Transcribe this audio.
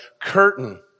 curtain